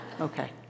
Okay